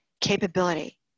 Capability